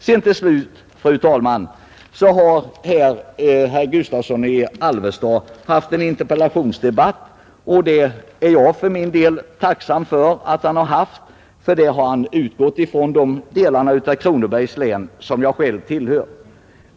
Herr Gustavsson i Alvesta har haft en interpellationsdebatt, som jag för min del är tacksam för. Han utgick från de delar av Kronobergs län som jag själv tillhör.